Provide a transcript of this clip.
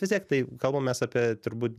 vis tiek tai kalbamės apie turbūt